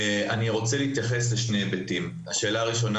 אני רוצה להתייחס לשני היבטים השאלה הראשונה